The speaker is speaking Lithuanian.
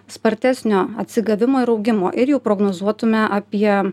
spartesnio atsigavimo ir augimo ir jau prognozuotume apie